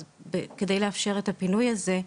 על מנת לאפשר את הפינוי הזה,